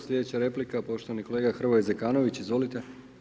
Slijedeća replika poštovani kolega Hrvoje Zekanović, izvolite.